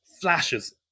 flashes